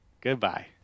Goodbye